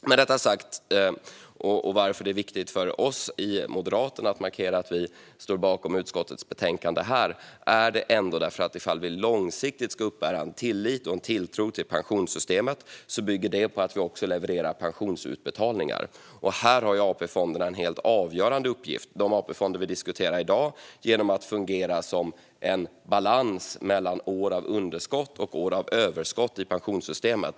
Anledningen till att vi i Moderaterna tycker att det är viktigt att här markera att vi står bakom utskottets förslag i betänkandet är att om vi långsiktigt ska uppbära en tillit och tilltro till pensionssystemet bygger det på att vi också levererar pensionsutbetalningar. Här har AP-fonderna, och särskilt dem vi diskuterar i dag, en helt avgörande uppgift genom att fungera som en balans mellan år av underskott och år av överskott i pensionssystemet.